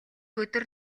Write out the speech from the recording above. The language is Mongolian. өдөр